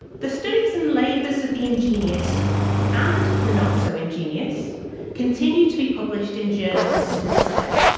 the studies and labours of the ingenious and the not-so-ingenious continue to be published in journals to this day,